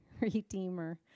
redeemer